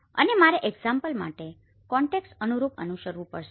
અને મારે એકઝામ્પલ માટે કોન્ટેક્સ્ટ અનુરૂપ અનુસરવું પડશે